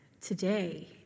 today